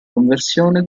conversione